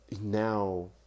now